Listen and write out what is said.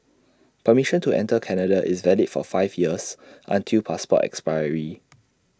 permission to enter Canada is valid for five years until passport expiry